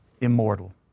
immortal